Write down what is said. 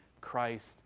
Christ